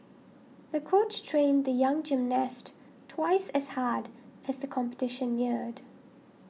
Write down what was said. the coach trained the young gymnast twice as hard as the competition neared